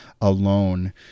alone